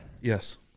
Yes